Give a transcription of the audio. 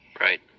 Right